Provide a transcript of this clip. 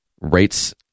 Rates